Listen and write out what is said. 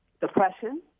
Depression